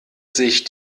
sich